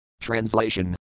Translation